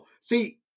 See